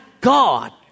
God